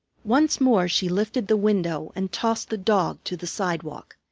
once more she lifted the window and tossed the dog to the sidewalk.